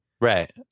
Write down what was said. Right